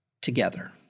together